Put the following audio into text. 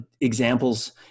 Examples